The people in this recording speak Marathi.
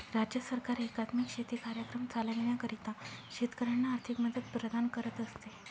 राज्य सरकार एकात्मिक शेती कार्यक्रम चालविण्याकरिता शेतकऱ्यांना आर्थिक मदत प्रदान करत असते